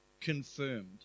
confirmed